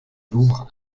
louvre